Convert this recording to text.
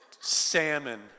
salmon